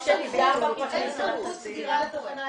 אין סמכות לסגירה של התחנה,